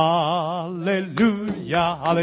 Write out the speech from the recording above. Hallelujah